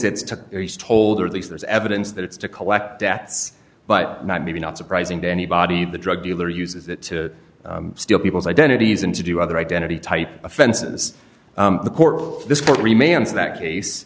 it's told or at least there's evidence that it's to collect debts but not maybe not surprising to anybody the drug dealer uses it to steal people's identities and to do other identity type offenses the court this court remains that case